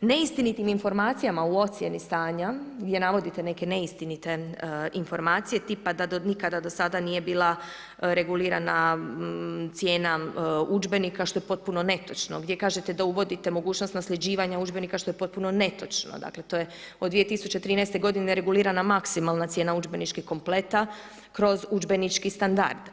neistinitom informacijama u ocjeni stanja gdje navodite neke neistinite informacije tipa da nikada do sada nije bila regulirana cijena udžbenika što je potpuno netočno, gdje kažete da uvodite mogućnost nasljeđivanja udžbenika što je potpuno netočno, dakle to je 2013. regulirana maksimalna cijena udžbeničkih kompleta kroz udžbenički standard.